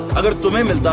i don't remember.